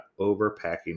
overpacking